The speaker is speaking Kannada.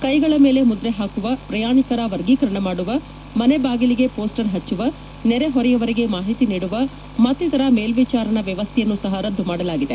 ಕೈಗಳ ಮೇಲೆ ಮುದ್ರೆ ಹಾಕುವ ಪ್ರಯಾಣಿಕರ ವರ್ಗೀಕರಣ ಮಾಡುವ ಮನೆ ಬಾಗಿಲಿಗೆ ಹೋಸ್ಸರ್ ಹಬ್ಬವ ನೆರೆ ಹೊರೆಯವರಿಗೆ ಮಾಹಿತಿ ನೀಡುವ ಮತ್ತಿತರ ಮೇಲ್ವಿಚಾರಣಾ ವ್ಯವಸ್ಥೆಯನ್ನು ಸಹ ರದ್ದು ಮಾಡಲಾಗಿದೆ